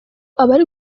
abari